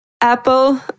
Apple